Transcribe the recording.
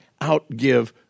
outgive